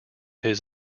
his